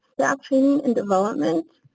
staff training and development,